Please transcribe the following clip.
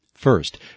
First